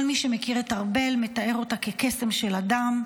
כל מי שמכיר את ארבל מתאר אותה כקסם של אדם,